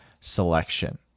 selection